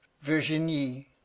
Virginie